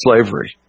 slavery